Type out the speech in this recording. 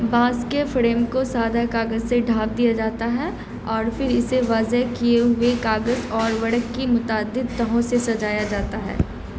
بانس کے فریم کو سادہ کاغذ سے ڈھانپ دیا جاتا ہے اور پھر اسے وضع کیے ہوئے کاغذ اور ورق کی متعدد تہوں سے سجایا جاتا ہے